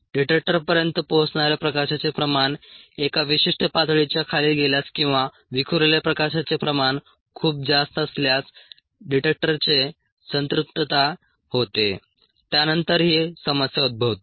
डिटेक्टरपर्यंत पोहोचणाऱ्या प्रकाशाचे प्रमाण एका विशिष्ट पातळीच्या खाली गेल्यास किंवा विखुरलेल्या प्रकाशाचे प्रमाण खूप जास्त असल्यास डिटेक्टरचे संतृप्तता होते त्यानंतरही समस्या उद्भवते